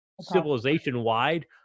civilization-wide